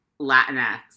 Latinx